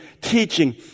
teaching